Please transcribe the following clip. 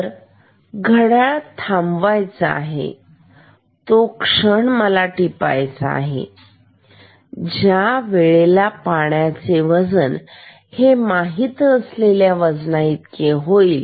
तर घड्याळ थांबवायचं आहे आणि तो क्षण घ्यायचा आहे ज्या वेळेला पाण्याचे वजन हे माहीत नसलेल्या वजनापेक्षा जास्त होईल